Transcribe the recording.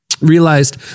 realized